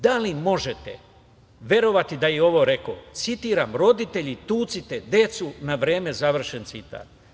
Da li možete verovati da je ovo rekao, citiram – roditelji tucite decu na vreme, završen citat.